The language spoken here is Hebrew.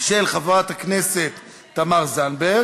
עברה בקריאה ראשונה